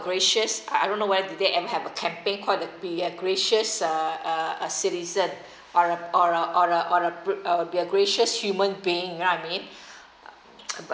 gracious I don't know whether did they have a campaign called the be a gracious uh uh citizen or a or a or a br~ uh be a gracious human being you know what I mean